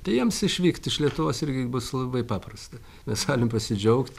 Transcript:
tai jiems išvykt iš lietuvos irgi bus labai paprasta mes galim pasidžiaugt